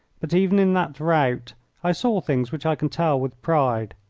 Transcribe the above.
but even in that rout i saw things which i can tell with pride.